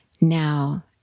Now